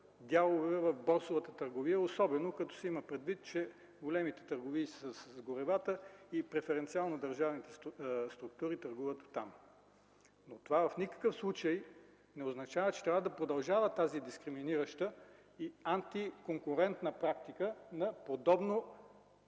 дялове в борсовата търговия, особено като се има предвид, че големите търговии са с горивата и преференциално държавните структури търгуват там. Но това в никакъв случай не означава, че трябва да продължава тази дискриминираща и антиконкурентна практика на подобно